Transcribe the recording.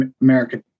America